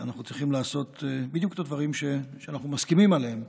אנחנו צריכים לעשות בדיוק את הדברים שאנחנו מסכימים עליהם.